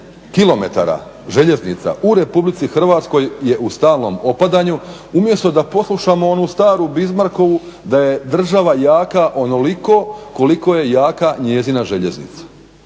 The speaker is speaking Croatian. kilometara željeznica u RH je u stalnom opadanju umjesto da poslušamo onu staru Bismarckovu da je država jaka onoliko koliko je jaka njezina željeznica.